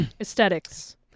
Aesthetics